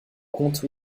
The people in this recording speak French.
compte